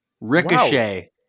Ricochet